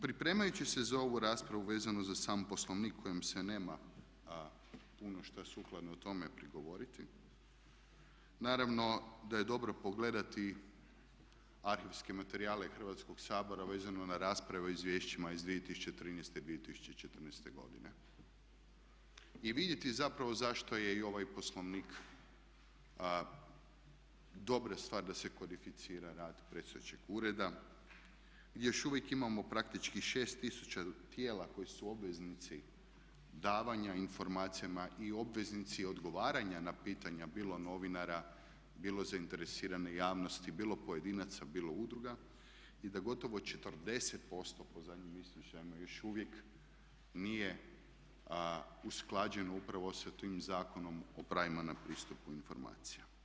Pripremajući se za ovu raspravu vezano za sam Poslovnik kojem se nema puno šta sukladno tome prigovoriti, naravno da je dobro pogledati arhivske materijale Hrvatskog sabora vezano na rasprave o izvješćima iz 2013. i 2014. godine i vidjeti zapravo zašto je i ovaj Poslovnik, dobra je stvar da se kodificira rad predstojećeg ureda gdje još uvijek imamo praktički 6 tisuća tijela koji su obveznici davanja informacija i obveznici odgovaranja na pitanja bilo novinara, bilo zainteresirane javnosti, bilo pojedinaca, bilo udruga i da gotovo 40% po zadnjim izvještajima još uvijek nije usklađeno upravo sa tim Zakonom o pravima na pristup informacija.